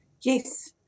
Yes